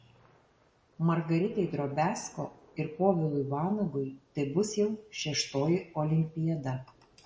margaritai drobiazko ir povilui vanagui tai bus jau šeštoji olimpiada